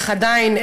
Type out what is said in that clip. אבל עדיין,